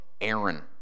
Aaron